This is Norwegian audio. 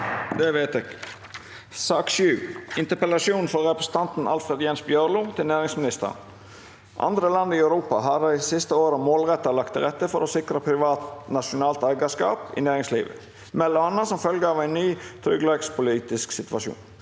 nr. 7 Interpellasjon frå representanten Alfred Jens Bjørlo til næringsministeren: «Andre land i Europa har dei siste åra målretta lagt til rette for å sikre privat nasjonalt eigarskap i næringsli- vet, mellom anna som følgje av ein ny tryggleikspolitisk situasjon.